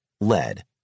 Lead